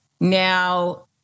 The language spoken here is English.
Now